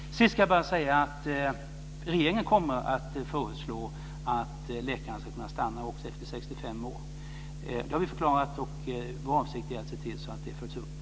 Sist ska jag bara säga att regeringen kommer att föreslå att läkarna ska kunna stanna också efter 65 år. Det har vi förklarat. Vår avsikt är att se till att det följs upp.